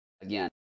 Again